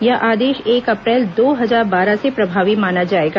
यह आदेश एक अप्रैल दो हजार बारह से प्रभावी माना जाएगा